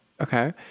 Okay